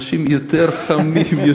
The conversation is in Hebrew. אנשים יותר חמים,